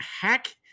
Hack